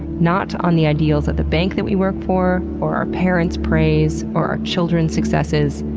not on the ideals of the bank that we work for, or our parents' praise, or our children's successes,